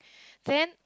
then